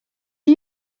are